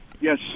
Yes